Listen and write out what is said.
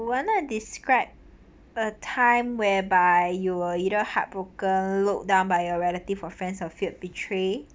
we're not described a time whereby you are either heartbroken look down by a relative or friends or feel betray